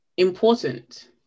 important